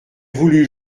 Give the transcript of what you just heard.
voulut